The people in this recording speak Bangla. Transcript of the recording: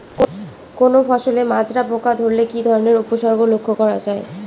কোনো ফসলে মাজরা পোকা ধরলে কি ধরণের উপসর্গ লক্ষ্য করা যায়?